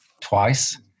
twice